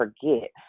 forget